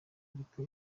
ariko